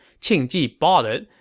qing ji bought it,